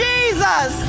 Jesus